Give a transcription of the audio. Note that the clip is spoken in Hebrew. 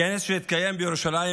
הכנס שהתקיים בירושלים,